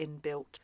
inbuilt